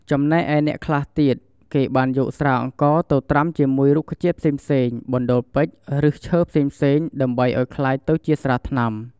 ចំណែកឯអ្នកខ្លះទៀតគេបានយកស្រាអង្ករទៅត្រាំជាមួយរុក្ខជាតិផ្សេងៗបណ្ដូរពេជ្រ ឫស្សឈើផ្សេងៗដើម្បីឲ្យក្លាយទៅជាស្រាថ្នាំ។